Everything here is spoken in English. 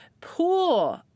pool